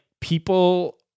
people